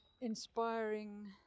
inspiring